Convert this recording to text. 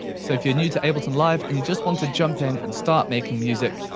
so if you're new to ableton live and you just want to jump in and start making music,